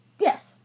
Yes